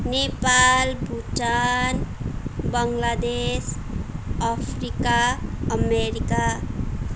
Nepal Bhutan Bangladesh Africa America